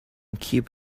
keep